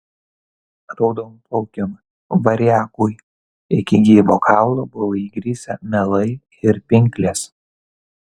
raudonplaukiam variagui iki gyvo kaulo buvo įgrisę melai ir pinklės